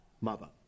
mother